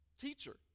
Teacher